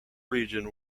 region